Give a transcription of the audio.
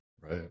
Right